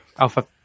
alpha